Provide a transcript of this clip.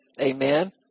Amen